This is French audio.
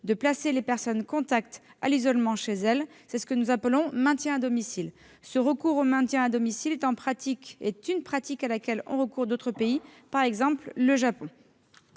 de placer les personnes contacts à l'isolement chez elles ; c'est ce que nous appelons « maintien à domicile ». Ce recours au maintien à domicile est une pratique utilisée par d'autres pays, par exemple le Japon.